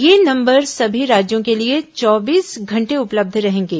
ये नंबर सभी राज्यों के लिए चौबीस घंटे उपलब्ध रहेंगे